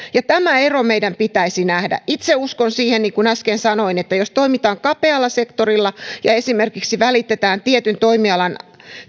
tämä ero meidän pitäisi nähdä itse uskon siihen niin kuin äsken sanoin että jos toimitaan kapealla sektorilla ja esimerkiksi välitetään tietyn toimialan